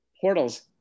portals